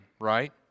right